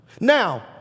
Now